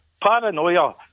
paranoia